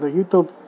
YouTube